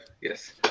yes